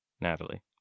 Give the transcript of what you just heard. Natalie